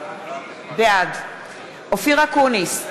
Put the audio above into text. בעד אופיר אקוניס,